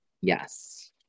Yes